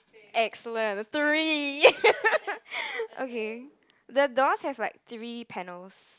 excellent three okay the doors has like three panels